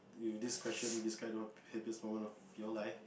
you this question this kind of happiest moment of your life